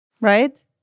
Right